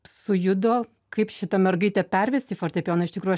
sujudo kaip šitą mergaitę pervesti į fortepijoną iš tikrųjų aš